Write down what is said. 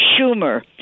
Schumer